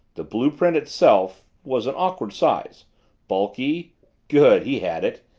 the blue-print itself was an awkward size bulky good, he had it!